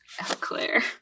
Claire